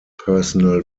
personal